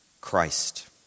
Christ